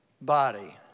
body